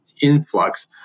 influx